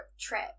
trip